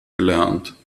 gelernt